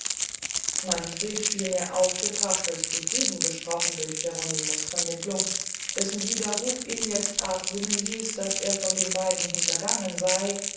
manfred vielmehr aufgebracht als zufrieden gesprochen durch geronimo's vermittelung dessen widerruf ihn jetzt argwöhnen ließ daß er von beyden hintergangen sey